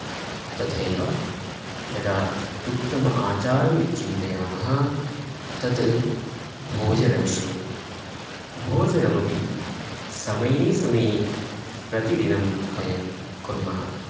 तथैव यदा उत्तम आचारम् इति चिन्तयामः तत् भोजनविषये भोजनमपि समये समये प्रतिदिनम् वयं कुर्मः